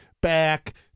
back